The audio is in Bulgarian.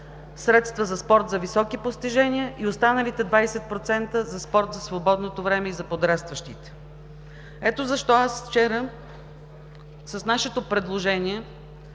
средства за спорт за високи постижения и останалите 20% за спорт в свободното време и за подрастващите. Ето защо вчера с нашето предложение